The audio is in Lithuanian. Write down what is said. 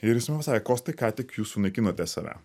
ir jis man pasakė kostai ką tik jūs sunaikinote save